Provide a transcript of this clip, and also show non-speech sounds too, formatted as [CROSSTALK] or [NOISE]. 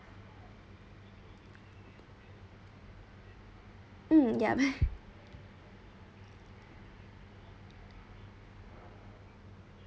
mm yup [LAUGHS]